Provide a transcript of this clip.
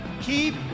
Keep